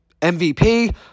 MVP